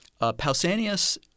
Pausanias